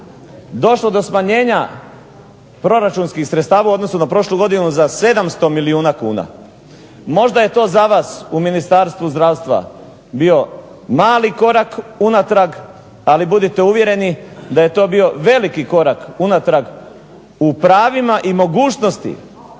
došlo do smanjenja proračunskih sredstava u odnosu na prošlu godinu za 700 milijuna kuna. Možda je to za vas u Ministarstvu zdravstva bio mali korak u natrag, ali budite uvjereni da je to bio veliki korak unatrag u pravima i mogućnosti